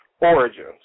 origins